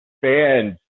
fans